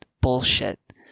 Bullshit